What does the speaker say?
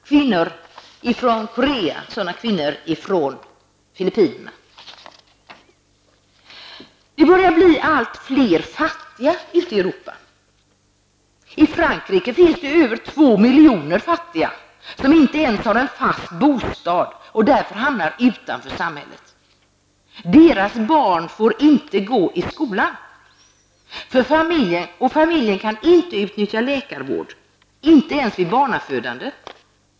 Det gäller t.ex. kvinnor från Det börjar bli allt fler fattiga ute i Europa. I Frankrike finns över 2 miljoner fattiga, som inte ens har en fast bostad och därför hamnar utanför samhället. Deras barn får inte gå i skola, och familjen kan inte utnyttja läkarvård, inte ens vid barnafödande.